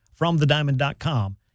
FromTheDiamond.com